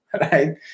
right